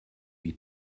lui